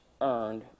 earned